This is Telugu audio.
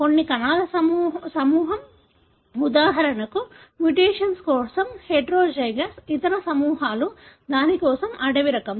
కొన్ని కణాల సమూహం ఉదాహరణకు మ్యుటేషన్ కోసం హెటెరోజైగస్ ఇతర సమూహాలు దాని కోసం అడవి రకం